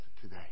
today